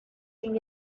sin